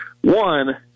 One